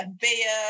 beer